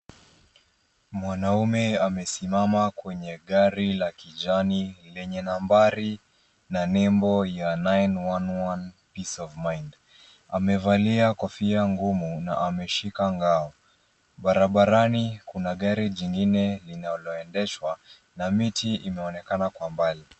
Mwanaume amesimama kwenye gari la kijani lenye nambari na nembo ya 911 PEACE OF MIND. Amevalia kofia ngumu na ameshika ngao, barabarani kuna gari jingine linalo endeshwa na miti ina onekana kwa mbali.